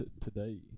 Today